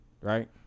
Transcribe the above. Right